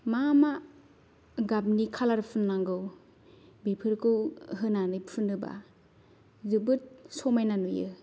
मा मा गाबनि खालार फुननांगौ बेफोरखौ होनानै फुनोबा जोबोद समायना नुयो